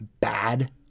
bad